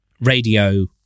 radio